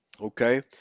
Okay